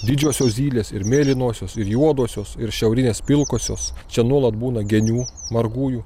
didžiosios zylės ir mėlynosios ir juodosios ir šiaurinės pilkosios čia nuolat būna genių margųjų